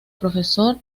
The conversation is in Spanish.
profesor